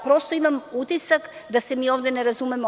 Prosto imam utisak da se mi ovde ne razumemo.